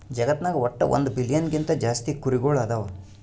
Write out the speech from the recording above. ಜಗತ್ನಾಗ್ ವಟ್ಟ್ ಒಂದ್ ಬಿಲಿಯನ್ ಗಿಂತಾ ಜಾಸ್ತಿ ಕುರಿಗೊಳ್ ಅದಾವ್